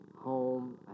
home